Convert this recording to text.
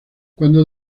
cuando